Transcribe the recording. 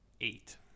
eight